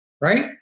right